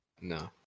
No